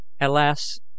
Alas